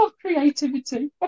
creativity